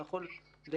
אתה יכול לקבל,